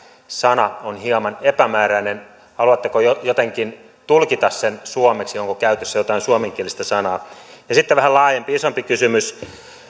sana on hieman epämääräinen haluatteko jotenkin tulkita sen suomeksi onko käytössä jotain suomenkielistä sanaa sitten vähän laajempi isompi kysymys